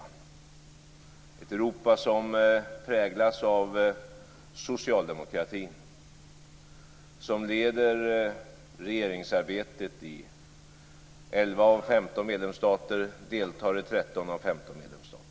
Det är ett Europa som präglas av socialdemokratin, som leder regeringsarbetet i 11 av 15 medlemsstater och deltar i 13 av 15 medlemsstater.